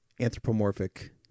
anthropomorphic